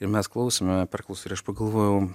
ir mes klausėme perklausų ir aš pagalvojau